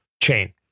chain